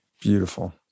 beautiful